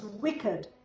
wicked